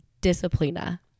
disciplina